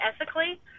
ethically